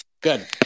Good